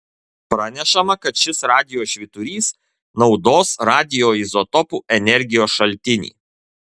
pranešama kad šis radijo švyturys naudos radioizotopų energijos šaltinį